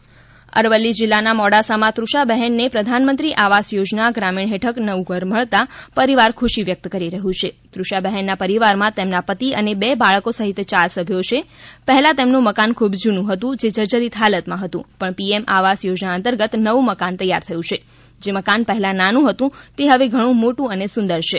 અરવલ્લી પ્રધાનમંત્રી આવાસ યોજના અરવલ્લી જિલ્લાના મોડાસામાં તૃષા બહેનને પ્રધાનમંત્રી આવાસ યોજના ગ્રામીણ હેઠળ નવું ઘર મળતા પરિવાર ખુશી વ્યક્ત કરી રહ્યું છે તૃષાબહેનના પરિવારમાં તેમના પતિ અને બે બાળકો સહિત યાર સભ્યો છે પહેલા તેમનું મકાન ખૂબ જુનુ હ તું જે જર્જરિત હાલતમાં હતું પણ પીએમ આવાસ યોજના અંતર્ગત નવું મકાન તૈયાર થયું છે જે મકાન પહેલા નાનું હતું તે હવે ઘણુ મોટુ અને સુંદર છે